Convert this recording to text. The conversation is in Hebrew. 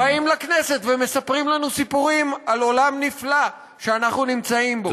באים לכנסת ומספרים לנו סיפורים על עולם נפלא שאנחנו נמצאים בו.